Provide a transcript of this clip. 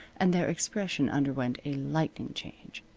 and their expression underwent a lightning change.